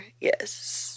Yes